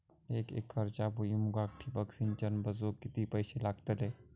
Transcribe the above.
एक एकरच्या भुईमुगाक ठिबक सिंचन बसवूक किती पैशे लागतले?